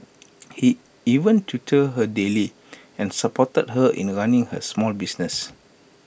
he even tutored her daily and supported her in running her small business